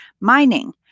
Mining